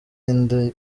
inda